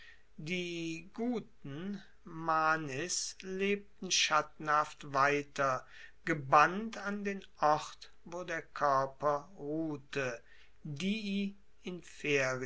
die guten manes lebten schattenhaft weiter gebannt an den ort wo der koerper ruhte dii